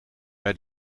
bij